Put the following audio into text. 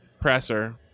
presser –